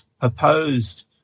opposed